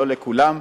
לא לכולם,